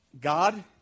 God